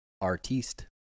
artiste